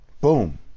Boom